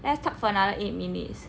let's talk for another eight minutes